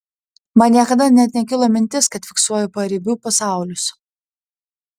man niekada net nekilo mintis kad fiksuoju paribių pasaulius